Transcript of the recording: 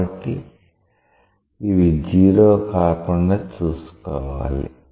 కాబట్టి ఇవి 0 కాకుండా చూసుకోవాలి